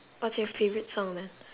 what's your favourite song then